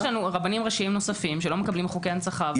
יש לנו רבנים ראשיים נוספים שלא מקבלים חוקי הנצחה,